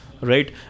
right